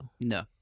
No